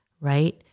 Right